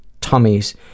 tummies